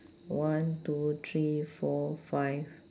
one two three four five